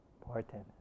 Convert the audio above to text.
Important